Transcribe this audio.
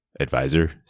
advisor